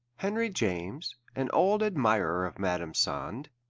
henry james, an old admirer of madame sand,